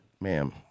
Ma'am